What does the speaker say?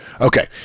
Okay